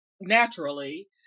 naturally